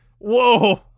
Whoa